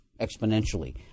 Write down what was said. exponentially